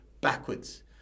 backwards